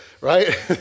right